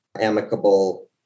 amicable